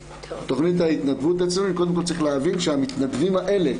צריך להבין שהמתנדבים האלה,